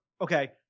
okay